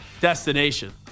destination